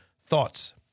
Thoughts